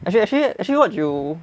actually actually actually what you